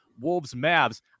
Wolves-Mavs